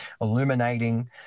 illuminating